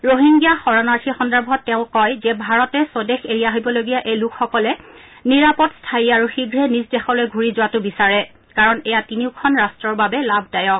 ৰোহিঙ্গিয়া শৰণাৰ্থীৰ সন্দৰ্ভত তেওঁ কয় যে ভাৰতে স্বদেশ এৰি আহিবলগীয়া এই লোকসকলে নিৰাপদ স্থায়ী আৰু শীঘ্ৰে নিজ দেশলৈ ঘূৰি যোৱাটো বিচাৰে কাৰণ এয়া তিনিওখন ৰাষ্টৰ বাবেই লাভদায়ক